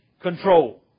control